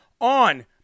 on